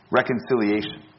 reconciliation